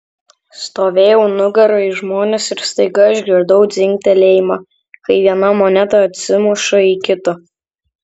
stovėjau nugara į žmones ir staiga išgirdau dzingtelėjimą kai viena moneta atsimuša į kitą